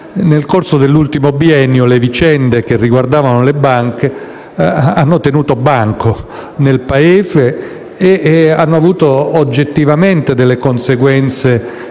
Nel corso dell'ultimo biennio le vicende che riguardavano le banche hanno tenuto banco nel Paese e hanno avuto delle conseguenze